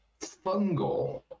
fungal